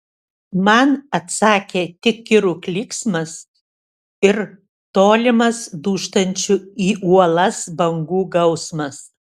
man atsakė tik kirų klyksmas ir tolimas dūžtančių į uolas bangų gausmas